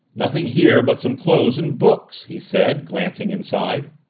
nothing here but some clothes and books, he said, glancing inside.